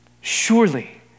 Surely